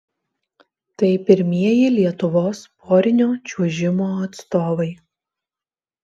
tai pirmieji lietuvos porinio čiuožimo atstovai